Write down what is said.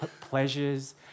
pleasures